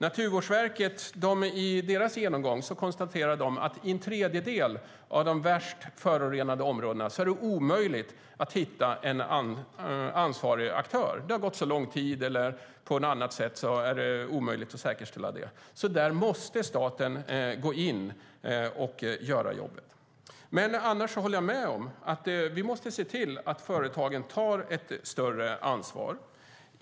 Naturvårdsverket konstaterar i sin genomgång att det i en tredjedel av de värst förorenade områdena är omöjligt att hitta en ansvarig aktör. Det har gått för lång tid, eller så är det av någon annan anledning omöjligt att säkerställa det. Där måste staten gå in och göra jobbet. Men annars håller jag med om att vi måste se till att företagen tar ett större ansvar.